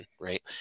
right